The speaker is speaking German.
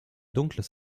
dunkles